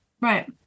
Right